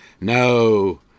No